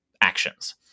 actions